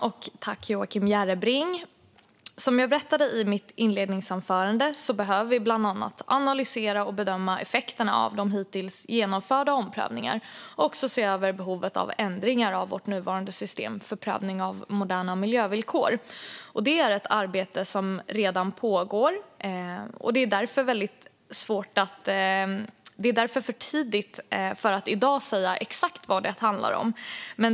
Fru talman! Som jag berättade i mitt interpellationssvar behöver vi bland annat analysera och bedöma effekterna av de hittills genomförda omprövningarna och se över behovet av ändringar av vårt nuvarande system för prövning av moderna miljövillkor. Det är ett arbete som redan pågår. Det är därför för tidigt att i dag säga exakt vad det handlar om.